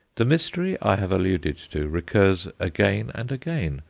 the mystery i have alluded to recurs again and again.